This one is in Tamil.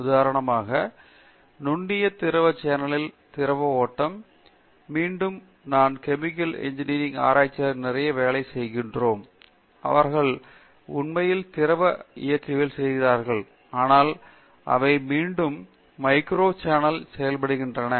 உதாரணமாக நுண்ணிய திரவ சேனலில் திரவ ஓட்டம் மீண்டும் மீண்டும் நாம் கெமிக்கல் இன்ஜினியரிங் ஆராய்ச்சியாளர்கள் நிறைய வேலை செய்கிறோம் அவர்கள் உண்மையில் திரவ இயக்கவியல் செய்கிறார்கள் ஆனால் அவை மீண்டும் மைக்ரோ சேனலில் செயல்படுகின்றன